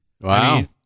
Wow